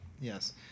Yes